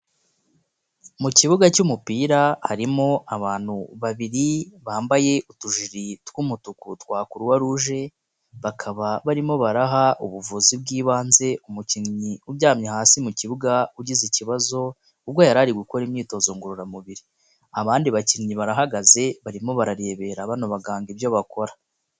Mu kibuga cy'umupira harimo abantu babiri bambaye utujiri tw'umutuku twa Croix rouge, bakaba barimo baraha ubuvuzi bw'ibanze umukinnyi uryamye hasi mu kibuga ugize ikibazo ubwo yari ari gukora imyitozo ngororamubiri, abandi bakinnyi barahagaze barimo bararebera bano baganga ibyo bakora.